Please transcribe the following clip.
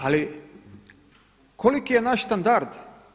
Ali koliki je naš standard?